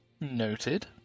Noted